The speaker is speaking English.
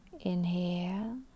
Inhale